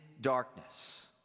darkness